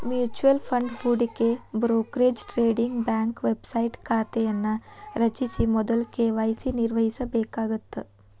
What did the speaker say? mutual fund ಹೂಡಿಕೆ brokerage trading bank website ಖಾತೆಯನ್ನ ರಚಿಸ ಮೊದ್ಲ ಕೆ.ವಾಯ್.ಸಿ ನಿರ್ವಹಿಸಬೇಕಾಗತ್ತ